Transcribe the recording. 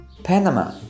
Panama